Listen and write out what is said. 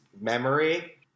memory